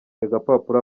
agapapuro